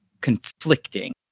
Conflicting